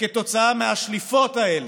וכתוצאה מהשליפות האלה,